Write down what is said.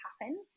happen